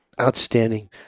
Outstanding